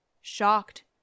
Shocked